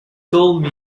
told